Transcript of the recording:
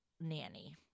nanny